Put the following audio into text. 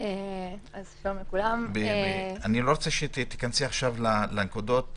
אני לא רוצה שתיכנסי עכשיו לנקודות,